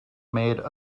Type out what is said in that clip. made